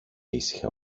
ήσυχα